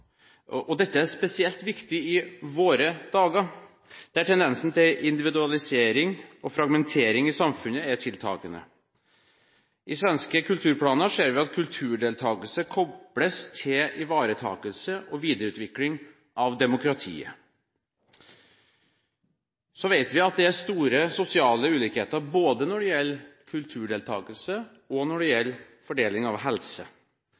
og det skaper fellesskap. Dette er spesielt viktig i våre dager, der tendensen til individualisering og fragmentering i samfunnet er tiltakende. I svenske kulturplaner ser vi at kulturdeltakelse koples til ivaretakelse og videreutvikling av demokratiet. Så vet vi at det er store sosiale ulikheter, både når det gjelder kulturdeltakelse, og når det gjelder fordeling av helse.